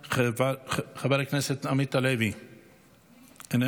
חבר הכנסת עמית הלוי, איננו.